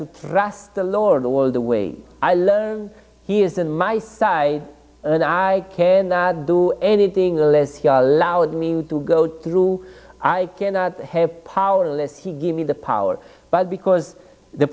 to trust the lord the world the way i learn he is in my side and i cannot do anything unless he allows me to go through i cannot have power unless he give me the power but because the